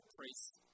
priests